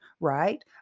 Right